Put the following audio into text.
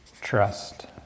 Trust